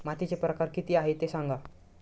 मातीचे प्रकार किती आहे ते सांगा